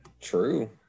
True